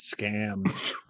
scam